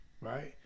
right